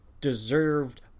deserved